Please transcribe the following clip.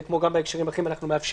זה כמו גם בהקשרים אחרים, אנחנו מאפשרים